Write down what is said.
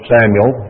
Samuel